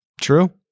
True